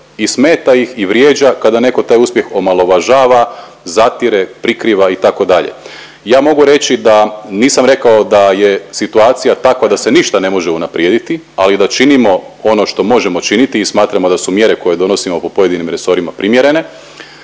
i smeta ih i vrijeđa kada neko taj uspjeh omalovažava, zatire, prikriva itd.. Ja mogu reći da nisam rekao da je situacija takva da se ništa ne može unaprijediti, ali da činimo ono što možemo činiti i smatramo da su mjere koje donosimo po pojedinim resorima primjerene.